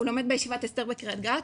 הוא לומד בישיבת הסדר בקרית גת,